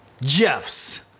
Jeff's